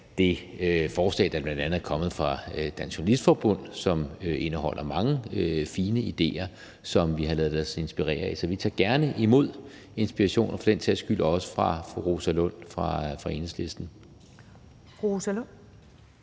det forslag, der bl.a. er kommet fra Dansk Journalistforbund, som indeholder mange fine idéer. Så vi tager gerne imod inspiration – og for den sags skyld også fra fru Rosa Lund fra Enhedslisten. Kl.